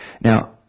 Now